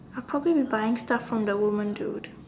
I'll probably be buying stuff from the woman dude